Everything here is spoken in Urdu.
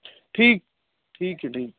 ٹھیک ٹھیک ہے ٹھیک ہے